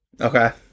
Okay